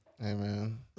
Amen